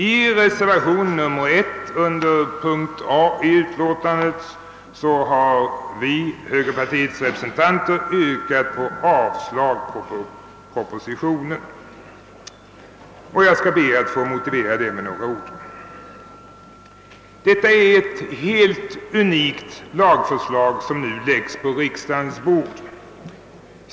I reservation I beträffande A i utskottets hemställan har vi som är högerpartiets representanter i utskottet yrkat avslag på propositionen, och jag ber att med några ord få motivera detta. Det är ett helt unikt lagförslag som nu läggs på riksdagens bord.